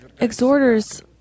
Exhorters